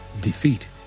defeat